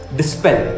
dispel